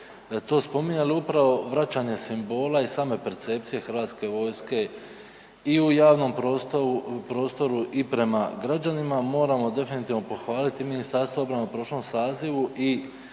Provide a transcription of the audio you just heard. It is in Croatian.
prije to spominjali. Upravo vraćanje simbola i same percepcije HV-a i u javnom prostoru i prema građanima moramo definitivno pohvaliti Ministarstvo obrane u prošlom sazivu